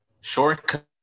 shortcut